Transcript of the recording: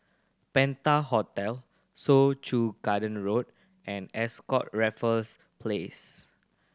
Penta Hotel Soo Chow Garden Road and Ascott Raffles Place